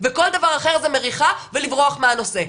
וכל דבר אחר זה מריחה ולברוח מהנושא,